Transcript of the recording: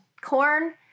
corn